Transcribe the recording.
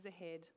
ahead